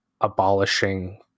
abolishing